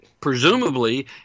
presumably